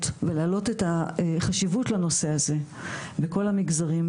ולהעלות את החשיבות לנושא הזה בכל המגזרים.